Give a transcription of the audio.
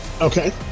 Okay